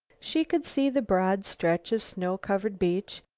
she could see the broad stretch of snow-covered beach,